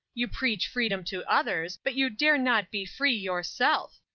you preach freedom to others, but you dare not be free yourself.